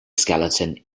skeleton